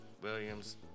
Williams